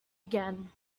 again